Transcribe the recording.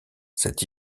cet